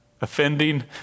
offending